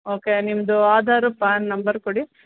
okay ನಿಮ್ಮದು Aadhaar PAN number ಕೊಡಿ